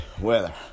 weather